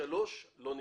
מ-(3) לא נכנס.